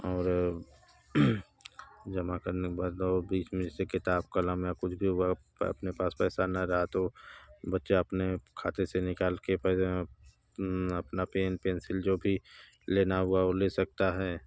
और जमा करने के बाद और बीच में इससे किताब क़लम या कुछ भी हुआ अप अपने पास पैसा ना रहा तो बच्चे अपने खाते से निकाल के पैसा अपना पेन पेंसिल जो भी लेना हुआ हुआ वो ले सकता है